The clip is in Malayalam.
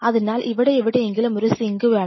അതിനാൽ ഇവിടെ എവിടെയെങ്കിലും ഒരു സിങ്ക് വേണം